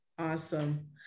Awesome